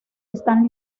están